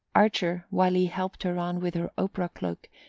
archer, while he helped her on with her opera cloak,